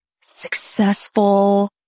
successful